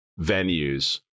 venues